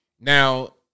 Now